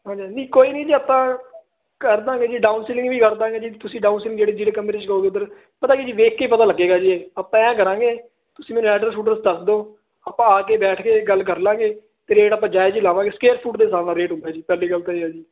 ਹਾਂਜੀ ਹਾਂਜੀ ਨਹੀਂ ਕੋਈ ਨਹੀਂ ਜੀ ਆਪਾਂ ਕਰ ਦੇਵਾਂਗੇ ਜੀ ਡਾਊਨ ਸੀਲਿੰਗ ਵੀ ਕਰ ਦੇਵਾਂਗੇ ਜੀ ਤੁਸੀਂ ਡਾਊਨ ਸੀਲਿੰਗ ਜਿਹੜੇ ਜਿਹੜੇ ਕਮਰੇ 'ਚ ਕਹੋਗੇ ਓਧਰ ਪਤਾ ਜੀ ਕੀ ਵੇਖ ਕੇ ਪਤਾ ਲੱਗੇਗਾ ਜੀ ਇਹ ਆਪਾਂ ਐਂ ਕਰਾਂਗੇ ਤੁਸੀਂ ਮੈਨੂੰ ਐਡਰਸ ਉਡਰੈੱਸ ਦੱਸ ਦਿਓ ਆਪਾਂ ਆ ਕੇ ਬੈਠ ਕੇ ਗੱਲ ਕਰ ਲਾਵਾਂਗੇ ਅਤੇ ਰੇਟ ਆਪਾਂ ਜਾਇਜ਼ ਹੀ ਲਾਵਾਂਗੇ ਸਕੇਅਰ ਫੂਟ ਦੇ ਹਿਸਾਬ ਨਾਲ ਰੇਟ ਹੁੰਦਾ ਜੀ ਪਹਿਲੀ ਗੱਲ ਤਾਂ ਇਹ ਹੈ ਜੀ